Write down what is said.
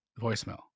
voicemail